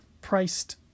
priced